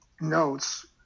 notes